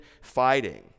fighting